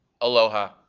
Aloha